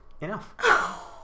enough